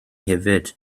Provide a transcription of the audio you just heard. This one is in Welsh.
hefyd